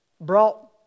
brought